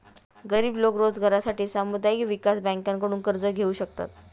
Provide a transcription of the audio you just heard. गरीब लोक रोजगारासाठी सामुदायिक विकास बँकांकडून कर्ज घेऊ शकतात